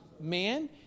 man